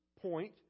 point